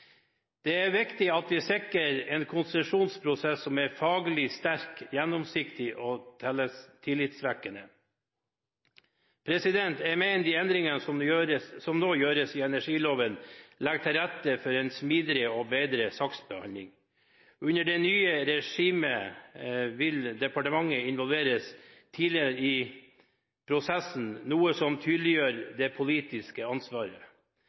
Det er viktig at vi sikrer en konsesjonsprosess som er faglig sterk, gjennomsiktig og tillitsvekkende. Jeg mener de endringene som nå gjøres i energiloven, legger til rette for en smidigere og bedre saksbehandling. Under det nye regimet vil departementet involveres tidligere i prosessen, noe som tydeliggjør det politiske ansvaret.